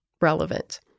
relevant